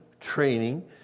training